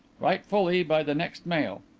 write fully by the next mail.